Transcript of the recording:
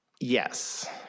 Yes